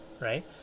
right